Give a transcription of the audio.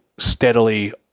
steadily